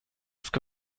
ska